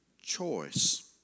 choice